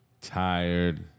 tired